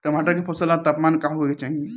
टमाटर के फसल ला तापमान का होखे के चाही?